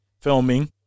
filming